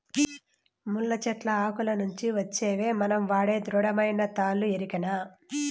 ముళ్ళ చెట్లు ఆకుల నుంచి వచ్చేవే మనం వాడే దృఢమైన తాళ్ళు ఎరికనా